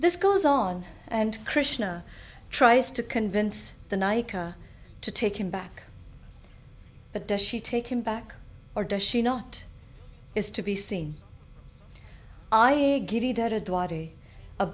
this goes on and krishna tries to convince the nikah to take him back but does she take him back or does she not is to be seen i